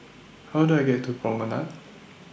How Do I get to Promenade